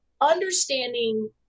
understanding